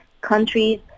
countries